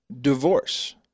Divorce